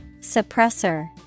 Suppressor